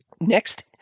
Next